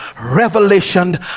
revelation